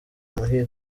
muhire